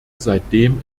seitdem